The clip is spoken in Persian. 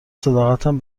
صداقتم